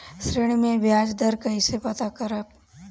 ऋण में बयाज दर कईसे पता करब?